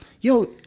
yo